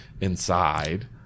inside